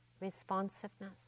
responsiveness